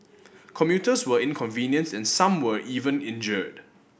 commuters were inconvenienced and some were even injured